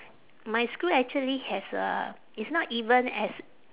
my screw actually has a it's not even as